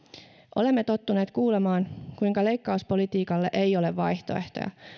olemme tottuneet kuulemaan kuinka leikkauspolitiikalle ei ole vaihtoehtoja